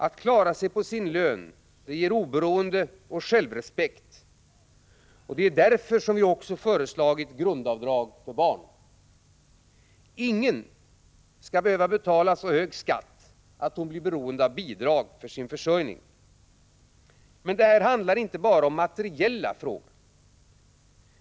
Att klara sig på sin lön ger oberoende och självrespekt. Det är därför som vi också har föreslagit grundavdrag för barn. Ingen skall behöva betala så hög skatt att han eller hon blir beroende av bidrag för sin försörjning. Men det här handlar inte bara om materiella frågor.